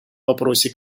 вопросе